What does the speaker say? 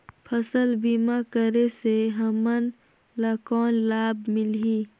फसल बीमा करे से हमन ला कौन लाभ मिलही?